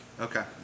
Okay